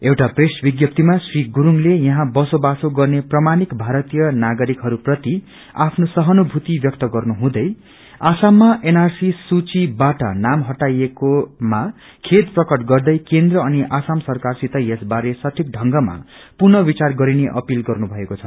एउटा प्रेस विज्ञप्तीमा श्री गुरूङले यहाँ बसोबासो गर्ने प्रामाणिक भारतीय नागरिकहरू प्रति आफ्नो सहानुभूति व्यक्त गर्नु हुँदै असममा एनआरसी सूचिबाट नाम हटाएकोमा खेद प्रकट गर्दै केन्द्र अनि असम सरकारसित यस बारे सठिक ढंगमा पुनः विचार गरिने अपिल गर्नु भएको छ